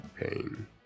pain